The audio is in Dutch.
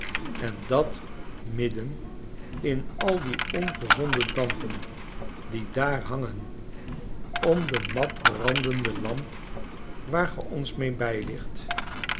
en dat midden in al die ongezonde dampen die daar hangen om de matbrandende lamp waar ge ons mee